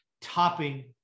topping